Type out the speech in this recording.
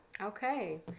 Okay